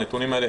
הנתונים האלה